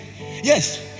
Yes